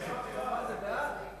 תודה רבה.